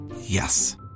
Yes